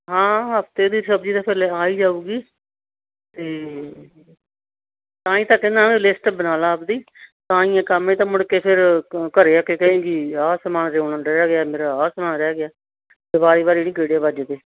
ਹਾਂ ਹਫ਼ਤੇ ਦੀ ਸਬਜ਼ੀ ਦੀ ਤਾਂ ਫਿਰ ਲੇ ਆ ਹੀ ਜਾਊਗੀ ਅਤੇ ਤਾਂ ਹੀ ਤਾਂ ਕਹਿੰਦਾ ਵੇ ਲਿਸਟ ਬਣਾ ਲਾ ਆਪਣੀ ਤਾਂ ਹੀ ਇਹ ਕੰਮ ਹੈ ਤਾਂ ਮੁੜ ਕੇ ਫਿਰ ਕ ਘਰ ਆ ਕੇ ਕਹੇਂਗੀ ਆਹ ਸਮਾਨ ਲਿਆਉਣਾ ਰਹਿ ਗਿਆ ਮੇਰਾ ਆਹ ਸਾਮਾਨ ਰਹਿ ਗਿਆ ਫਿਰ ਵਾਰ ਵਾਰ ਨਹੀਂ ਗੇੜੇ ਵੱਜਦੇ